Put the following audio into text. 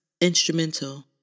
Instrumental